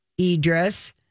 Idris